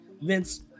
Vince